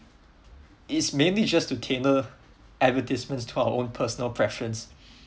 is mainly just to tailor advertisements to our own personal preference